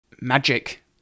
Magic